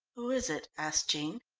who is it? asked jean.